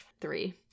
three